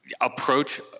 approach